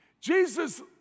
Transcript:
Jesus